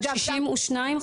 62%?